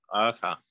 Okay